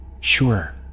Sure